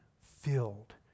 filled